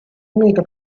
meta